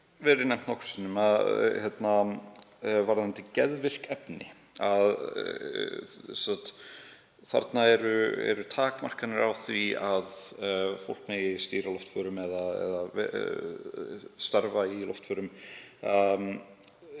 verið nefnt nokkrum sinnum varðandi geðvirk efni, að þarna séu takmarkanir á því að fólk megi stýra loftförum eða starfa í loftförum